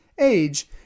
age